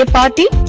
ah da da